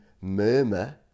murmur